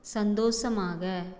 சந்தோஷமாக